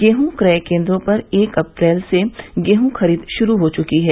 गेहूं क्रय केन्द्रों पर एक अप्रैल से गेहूं खरीद शुरू हो चुकी है